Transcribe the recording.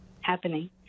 happening